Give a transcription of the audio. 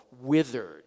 withered